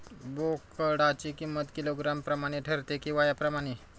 बोकडाची किंमत किलोग्रॅम प्रमाणे ठरते कि वयाप्रमाणे?